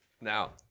now